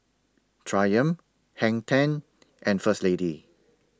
Triumph Hang ten and First Lady